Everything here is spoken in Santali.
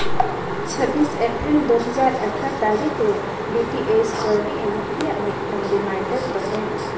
ᱪᱷᱟᱵᱵᱤᱥ ᱮᱯᱨᱤᱞ ᱫᱩ ᱦᱟᱡᱟᱨ ᱟᱴᱷᱨᱚ ᱛᱟᱹᱨᱤᱠᱷ ᱨᱮ ᱰᱤ ᱴᱤ ᱮᱭᱤᱪ ᱠᱟᱹᱣᱰᱤ ᱮᱢᱚᱜ ᱨᱮᱭᱟᱜ ᱢᱤᱫᱴᱟᱹᱝ ᱨᱤᱢᱟᱭᱰᱟᱨ ᱫᱚᱦᱚᱭ ᱢᱮ